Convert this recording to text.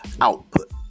output